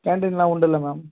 கேன்டீன்லாம் உண்டுல்ல மேம்